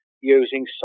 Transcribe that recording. using